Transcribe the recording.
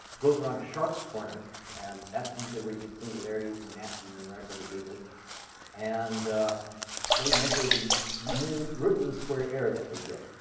goes around a sharp corner and that's usually where you get singularities and nasty numerical behavior and they measure the i mean root-mean-square error that they get.